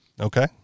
Okay